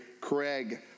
Craig